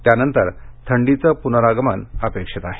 त्यानंतर थंडीचं पुनरागमन अपेक्षित आहे